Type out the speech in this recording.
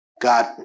God